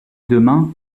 demain